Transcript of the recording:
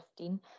2015